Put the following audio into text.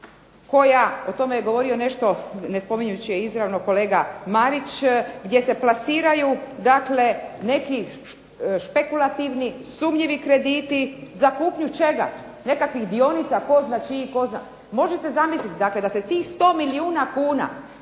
koja, o tome je govorio nešto ne spominjući je izravno kolega Marić, gdje se plasiraju dakle neki špekulativni, sumnjivi krediti za kupnju čega? Nekakvih dionica tko zna čiji, tko zna. Možete zamisliti dakle da se tih 100 milijuna kuna